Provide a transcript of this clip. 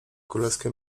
królewskie